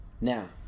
now